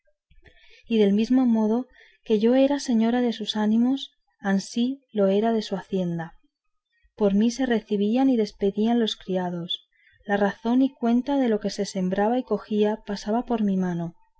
y del mismo modo que yo era señora de sus ánimos ansí lo era de su hacienda por mí se recebían y despedían los criados la razón y cuenta de lo que se sembraba y cogía pasaba por mi mano